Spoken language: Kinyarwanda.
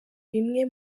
bimwe